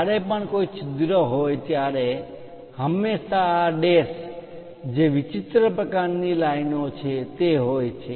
જ્યારે પણ કોઈ છિદ્ર હોય ત્યારે હંમેશાં આ ડૅશજે વિચિત્ર પ્રકારની લાઇનો છે તે હોય છે